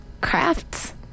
Crafts